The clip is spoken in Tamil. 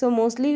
so mostly